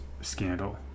scandal